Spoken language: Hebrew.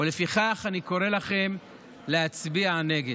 ולפיכך אני קורא לכם להצביע נגד.